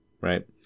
right